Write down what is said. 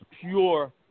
pure